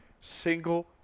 single